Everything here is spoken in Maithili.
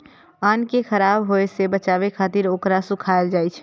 अन्न कें खराब होय सं बचाबै खातिर ओकरा सुखायल जाइ छै